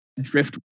drift